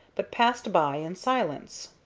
but passed by in silence.